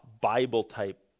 Bible-type